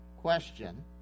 question